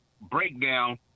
breakdown